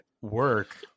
work